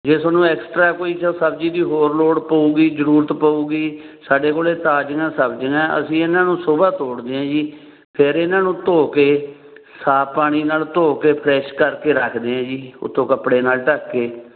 ਜੇ ਤੁਹਾਨੂੰ ਐਕਸਟਰਾ ਕੋਈ ਸਬਜ਼ੀ ਦੀ ਹੋਰ ਲੋੜ ਪਊਗੀ ਜਰੂਰਤ ਪਊਗੀ ਸਾਡੇ ਕੋਲੇ ਤਾਜ਼ੀਆਂ ਸਬਜ਼ੀਆਂ ਅਸੀਂ ਇਹਨਾਂ ਨੂੰ ਸੁਬਾਹ ਤੋੜਦੇ ਹਾਂ ਜੀ ਫਿਰ ਇਹਨਾਂ ਨੂੰ ਧੋ ਕੇ ਸਾਫ਼ ਪਾਣੀ ਨਾਲ ਧੋ ਕੇ ਫਰੈਸ਼ ਕਰਕੇ ਰੱਖਦੇ ਹਾਂ ਜੀ ਉੱਤੋਂ ਕੱਪੜੇ ਨਾਲ ਢੱਕ ਕੇ